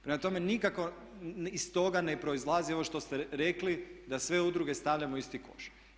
Prema tome nikako iz toga ne proizlazi ovo što ste rekli da sve udruge stavljam u isti koš.